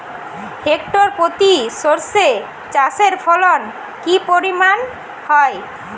Hectare প্রতি সর্ষে চাষের ফলন কি পরিমাণ হয়?